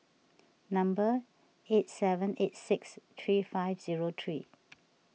number eight seven eight six three five zero three